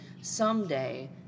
someday